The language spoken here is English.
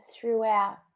throughout